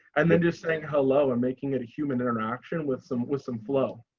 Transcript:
and then just saying hello, and making it a human interaction with some with some flow.